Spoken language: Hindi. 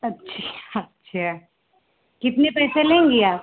अच्छा अच्छा कितने पैसे लेंगी आप